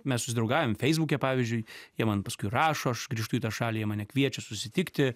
mes susidraugaujam feisbuke pavyzdžiui jie man paskui rašo aš grįžtu į tą šalį jie mane kviečia susitikti